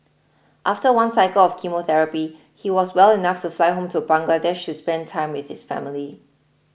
after one cycle of chemotherapy he was well enough to fly home to Bangladesh to spend time with his family